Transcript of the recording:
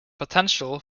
potential